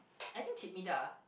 I think cik midah